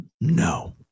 No